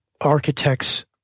architects